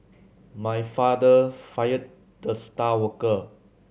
my father fired the star worker